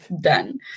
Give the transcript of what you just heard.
done